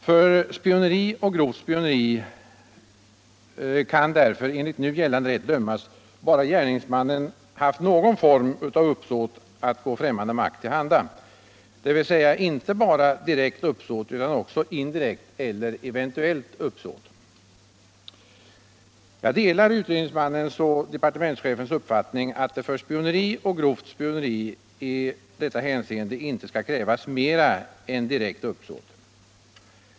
För spioneri och grovt spioneri kan därför enligt nu gällande rätt dömas, bara gärningsmannen haft någon form av uppsåt att gå främmande makt till handa, dvs. inte bara direkt uppsåt utan också indirekt eller eventuellt uppsåt. Jag delar utredningsmannens och departementschefens uppfattning, att det för spioneri och grovt spioneri i detta hänseende inte skall krävas mer än direkt uppsåt.